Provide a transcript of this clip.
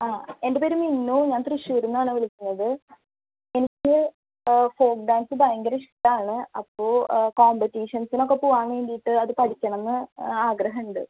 ആ എൻ്റെ പേര് മിന്നു ഞാൻ തൃശ്ശൂരിൽ നിന്നാണ് വിളിക്കുന്നത് എനിക്ക് ഫോക്ക് ഡാൻസ് ഭയ്യങ്കര ഇഷ്ടമാണ് അപ്പോൾ കോമ്പറ്റീഷൻസിനൊക്കെ പോവാൻ വേണ്ടിയിട്ട് അത് പഠിക്കണം എന്ന് ആഗ്രഹം ഉണ്ട്